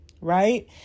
right